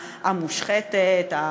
המושחתת,